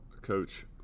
Coach